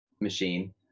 machine